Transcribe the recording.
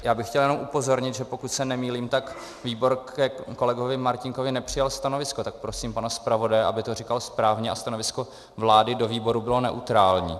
Já bych chtěl jenom upozornit, že pokud se nemýlím, tak výbor ke kolegovi Martínkovi nepřijal stanovisko, tak prosím pana zpravodaje, aby to říkal správně, a stanovisko vlády do výboru bylo neutrální.